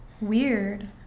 weird